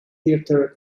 theatre